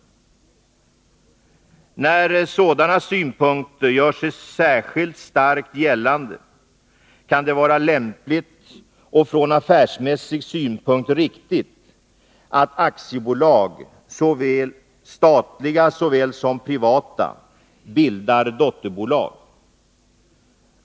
När sådana synpunkter gör sig särskilt starkt gällande kan det vara lämpligt och från affärsmässig synpunkt riktigt att aktiebolag — statliga såväl som privata — bildar dotterbolag.